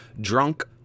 drunk